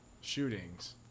shootings